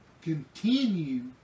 continue